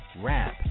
rap